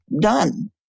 done